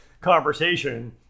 conversation